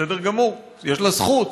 בסדר גמור, יש לה זכות.